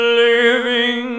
living